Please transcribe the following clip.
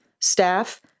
staff